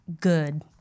good